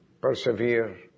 persevere